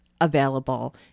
available